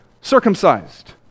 circumcised